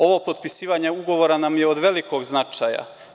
Ovo potpisivanje ugovora nam je od velikog značaja.